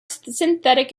synthetic